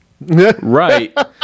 Right